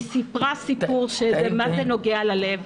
היא סיפרה סיפור מה זה נוגע ללב.